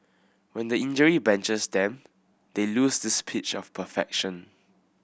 but when injury benches them they lose this pitch of perfection